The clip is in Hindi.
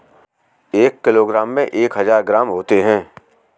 एक किलोग्राम में एक हज़ार ग्राम होते हैं